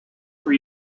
for